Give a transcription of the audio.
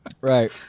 Right